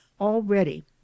Already